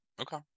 Okay